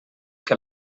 que